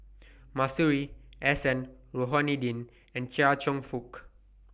Masuri S N Rohani Din and Chia Cheong Fook